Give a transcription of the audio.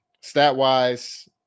Stat-wise